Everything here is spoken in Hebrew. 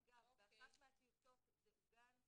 אגב, באחת מהטיוטות זה עוגן.